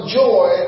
joy